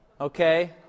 Okay